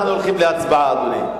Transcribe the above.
אנחנו הולכים להצבעה, אדוני.